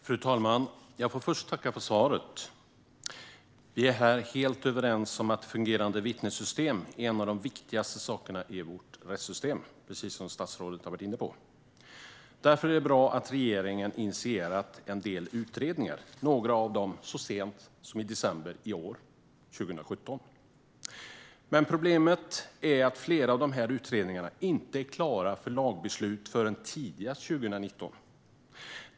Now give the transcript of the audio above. Fru talman! Jag får först tacka för svaret. Vi är här helt överens om att fungerande vittnessystem är en av de viktigaste frågorna i vårt rättssystem, precis som statsrådet var inne på. Därför är det bra att regeringen initierat en del utredningar, några av dem så sent som i december i år, 2017. Men problemet är att flera av utredningarna inte är klara för lagbeslut förrän tidigast 2019.